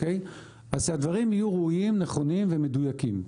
אז שהדברים יהיו ראויים, נכונים ומדויקים.